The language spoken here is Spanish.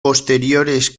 posteriores